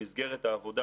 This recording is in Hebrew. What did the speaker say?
במסגרת העבודה